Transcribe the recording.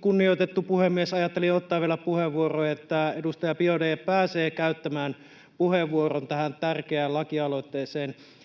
Kunnioitettu puhemies! Ajattelin ottaa vielä puheenvuoron, että edustaja Biaudet pääsee käyttämään puheenvuoron tästä tärkeästä lakialoitteesta,